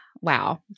wow